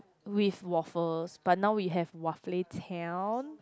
with waffles but now we have Waffle Town